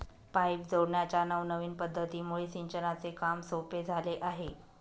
pipe जोडण्याच्या नवनविन पध्दतीमुळे सिंचनाचे काम सोपे झाले आहे